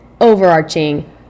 overarching